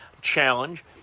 challenge